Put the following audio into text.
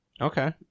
Okay